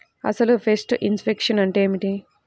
అసలు pest infection అంటే ఏమిటి?